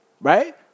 Right